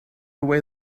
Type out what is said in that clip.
away